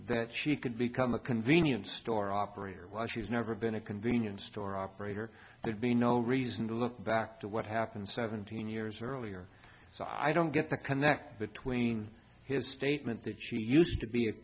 that she could become a convenience store operator why she's never been a convenience store operator there'd be no reason to look back to what happened seventeen years earlier so i don't get the connect between his statement that she used to be